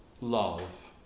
Love